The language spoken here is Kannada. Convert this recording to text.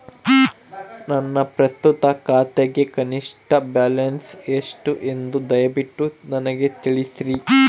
ನನ್ನ ಪ್ರಸ್ತುತ ಖಾತೆಗೆ ಕನಿಷ್ಠ ಬ್ಯಾಲೆನ್ಸ್ ಎಷ್ಟು ಎಂದು ದಯವಿಟ್ಟು ನನಗೆ ತಿಳಿಸ್ರಿ